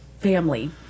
family